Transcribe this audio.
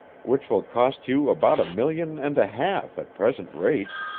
which will cost you about a million and a half at present rates,